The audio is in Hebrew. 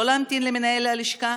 בלי להמתין למנהל הלשכה,